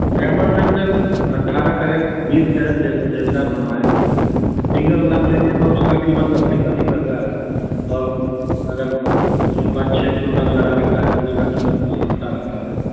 diamond ring sir अट्ठारह carat बीस carat जैसा आप बनवाए सिंगल नग लेंगे तो उसका कीमत अधिक अधिक रहता है और अगर उसमें पाँच छः ठो नग लगा रहता है तो उसका कीमत सस्ता रहता है